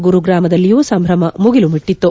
ಗುರುಗ್ರಾಮದಲ್ಲಿಯೂ ಸಂಭ್ರಮ ಮುಗಿಲು ಮುಟ್ಟಿತು